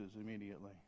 immediately